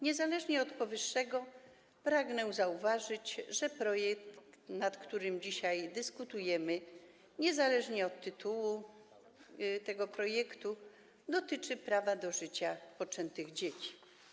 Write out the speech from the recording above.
Niezależnie od powyższego pragnę zauważyć, że projekt, nad którym dzisiaj dyskutujemy, niezależnie od tytułu tego projektu, dotyczy prawa do życia poczętych dzieci.